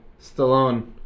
Stallone